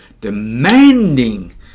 demanding